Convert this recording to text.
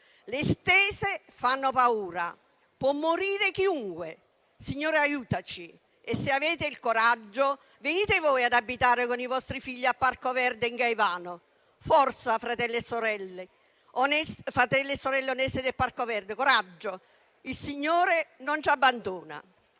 Le "stese" fanno paura. Può morire chiunque. Signore, aiutaci». Se ne avete il coraggio, venite voi con i vostri figli ad abitare al Parco Verde di Caivano. Forza, fratelli e sorelle onesti del Parco Verde, coraggio: il Signore non ci abbandona.